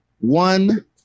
one